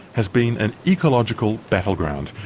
has been an ecological battleground,